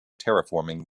terraforming